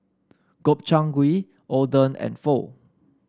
Gobchang Gui Oden and Pho